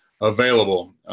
available